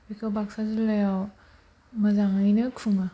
बेखौ बाक्सा जिल्लायाव मोजाङैनो खुङो